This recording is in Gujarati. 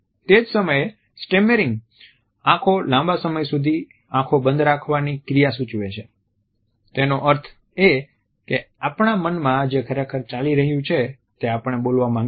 તે જ સમયે સ્ટેમેરીંગ આંખો લાંબા સમય સુધી આંખો બંધ રાખવાની ક્રિયા સૂચવે છે તેનો અર્થ એ કે આપણા મનમાં જે ખરેખર ચાલી રહ્યું છે તે આપણે બોલવા માંગતા નથી